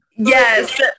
Yes